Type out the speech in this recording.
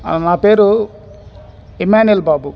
అవునా నా పేరు ఇమాన్యుల్ బాబు